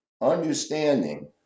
understanding